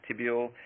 tibial